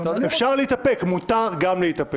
אפשר להתאפק, מותר גם להתאפק.